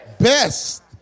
Best